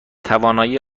توانایی